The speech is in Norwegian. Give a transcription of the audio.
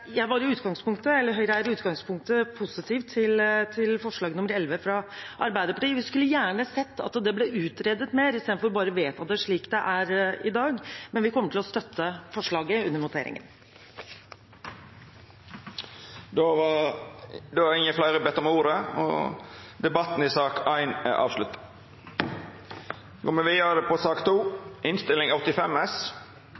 i utgangspunktet er positiv til forslag nr. 11, fra Arbeiderpartiet. Vi skulle gjerne ha sett at det ble utredet mer i stedet for bare å vedta det slik det er i dag, men vi kommer til å støtte forslaget under voteringen. Fleire har ikkje bedt om ordet til sak nr. 1. Mye av essensen i saken hadde vi oppe til debatt i forbindelse med foregående sak,